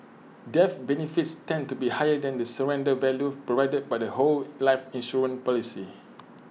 death benefits tend to be higher than the surrender value provided by the whole life insurance policy